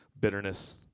bitterness